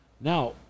now